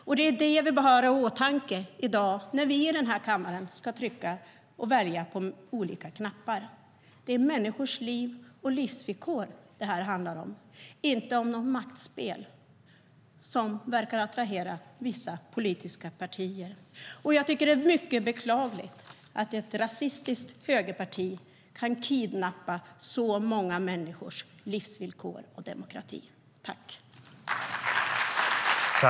Och det är det vi bör ha i åtanke i dag när vi här i kammaren ska välja och trycka på olika knappar. Det är människors liv och människors livsvillkor det handlar om, inte något maktspel, som verkar attrahera vissa politiska partier.